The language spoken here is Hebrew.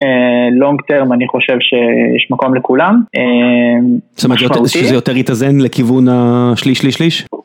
long term אני חושב שיש מקום לכולם, זאת אומרת שזה יותר התאזן לכיוון השליש, שליש, שליש.